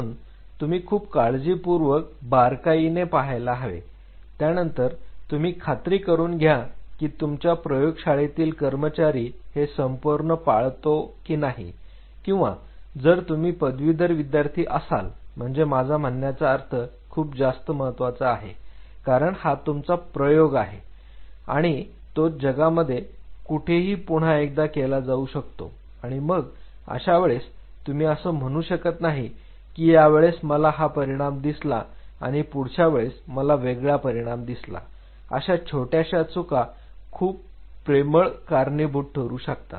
I म्हणून तुम्ही खूप काळजीपूर्वक बारकाईने पाहायला हवे त्यानंतर तुम्ही खात्री करून घ्या की तुमच्या प्रयोगशाळेतील कर्मचारी हे संपूर्ण पाळतो की नाही किंवा जर तुम्ही पदवीधर विद्यार्थी असाल म्हणजे माझा म्हणण्याचा अर्थ खूप जास्त महत्वाचा आहे कारण हा तुमचा प्रयोग आहे आणि तो जगामध्ये कुठेही पुन्हा एकदा केला जाऊ शकतो आणि मग अशा वेळेस तुम्ही असं म्हणू शकत नाही की या वेळेस मला हा परिणाम दिसला आणि पुढच्या वेळेस मला वेगळा परिणाम दिसला तर अशा छोट्याशा चुका खूप प्रेमळ कारणीभूत ठरू शकतात